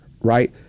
right